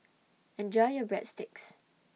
Enjoy your Breadsticks